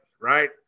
right